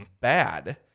bad